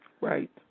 Right